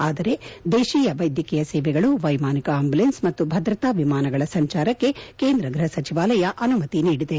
ಆದರೆ ದೇಶೀಯ ವ್ಲೆದ್ಯಕೀಯ ಸೇವೆಗಳು ವ್ಲೆಮಾನಿಕ ಆಂಬುಲೆನ್ಸ್ ಮತ್ತು ಭದ್ರತಾ ವಿಮಾನಗಳ ಸಂಚಾರಕ್ಕೆ ಕೇಂದ್ರ ಗೃಹ ಸಚಿವಾಲಯ ಅನುಮತಿ ನೀಡಿದೆ